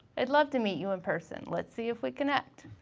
i'd love to meet you in person. let's see if we connect.